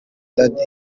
daddy